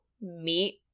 meat